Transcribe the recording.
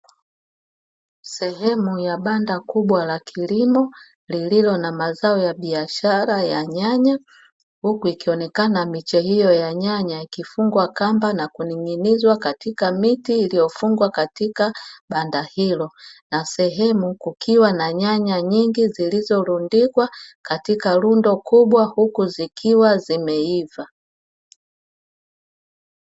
Sehemu ya banda kubwa la kilimo lililo na mazao ya biashara ya nyanya huku ikionekana miche hiyo ya nyanya, ikifungwa kamba na kuning'inizwa katika miti iliyofungwa katika banda hilo na sehemu kukiwa na nyanya nyingi zilizorundikwa katika rundo kubwa huku zikiwa zimeiva.